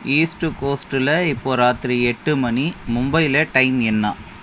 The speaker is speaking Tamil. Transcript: ஈஸ்ட் கோஸ்ட்டில் இப்போது ராத்திரி எட்டு மணி மும்பையில் டைம் என்ன